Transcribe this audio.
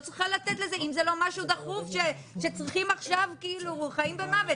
אם זה לא משהו דחוף של חיים ומוות.